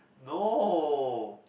no